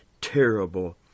terrible